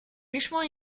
richement